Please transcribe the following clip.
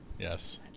Yes